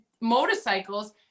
motorcycles